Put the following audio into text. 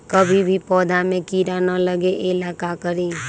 कभी भी पौधा में कीरा न लगे ये ला का करी?